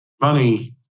money